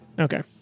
Okay